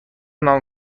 نان